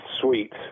sweet